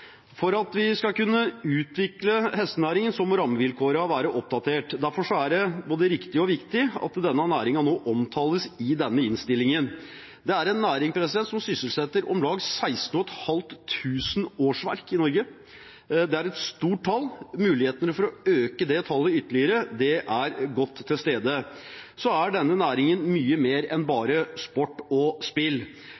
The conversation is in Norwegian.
For at vi skal kunne utvikle hestenæringen, må rammevilkårene være oppdatert. Derfor er det både riktig og viktig at denne næringen nå omtales i denne innstillingen. Det er en næring som sysselsetter om lag 16 500 årsverk i Norge. Det er et stort tall, og mulighetene for å øke det tallet ytterligere er godt til stede. Denne næringen er mye mer enn